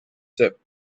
step